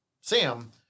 Sam